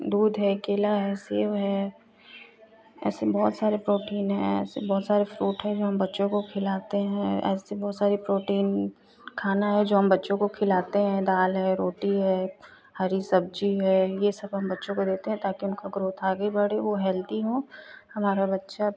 दूध है केला है सेब हैं ऐसे बहुत सारे प्रोटीन हैं ऐसे बहुत सारे फ्रूट हैं जो हम बच्चों को खिलाते हैं ऐसे बहुत सारे प्रोटीन खाना है जो हम बच्चों को खिलाते हैं दाल है रोटी है हरी सब्जी है ये सब हम बच्चों को देते हैं ताकि उनका ग्रोथ आगे बढ़े वो हेल्दी हों हमारे बच्चे अब